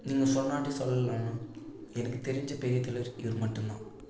நீங்கள் சொல்லாட்டி சொல்லலன்னா என்ன எனக்கு தெரிஞ்ச பெரிய தலைவர் இவர் மட்டுந்தான்